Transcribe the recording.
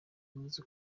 yavuze